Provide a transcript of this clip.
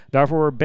Daarvoor